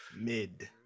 Mid